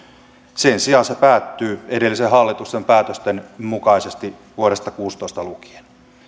sen sijaan päättyy edellisen hallituksen päätösten mukaiseksi vuodesta kuusitoista lukien